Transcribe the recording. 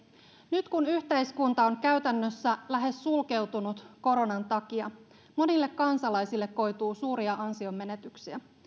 nyt kun yhteiskunta on käytännössä lähes sulkeutunut koronan takia monille kansalaisille koituu suuria ansionmenetyksiä